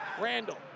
Randall